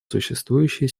существующие